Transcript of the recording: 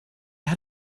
had